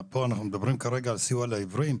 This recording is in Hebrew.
פה אנחנו מדברים כרגע על סיוע לעיוורים,